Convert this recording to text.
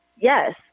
yes